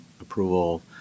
approval